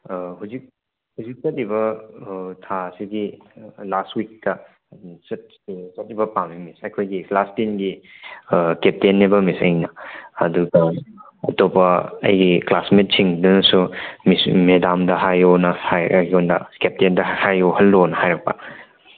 ꯍꯧꯖꯤꯛ ꯍꯧꯖꯤꯛ ꯆꯠꯂꯤꯕ ꯊꯥ ꯑꯁꯤꯒꯤ ꯂꯥꯁ ꯋꯤꯛꯇ ꯆꯠꯅꯤꯡꯕ ꯄꯥꯝꯃꯦ ꯃꯤꯁ ꯑꯩꯈꯣꯏꯒꯤ ꯀ꯭ꯂꯥꯁ ꯇꯦꯟꯒꯤ ꯀꯦꯞꯇꯦꯟꯅꯕ ꯃꯤꯁ ꯑꯩꯅ ꯑꯗꯨꯒ ꯑꯇꯣꯞꯄ ꯑꯩꯒꯤ ꯀ꯭ꯂꯥꯁꯃꯦꯠ ꯁꯤꯡꯗꯨꯅꯁꯨ ꯃꯤꯁ ꯃꯦꯗꯥꯝꯗ ꯍꯥꯏꯑꯣꯅ ꯍꯥꯏ ꯑꯩꯉꯣꯟꯗ ꯀꯦꯞꯇꯦꯟꯗ ꯍꯥꯏꯍꯜꯂꯣꯅ ꯍꯥꯏꯔꯛꯄ